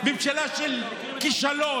ממשלה של כישלון,